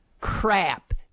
crap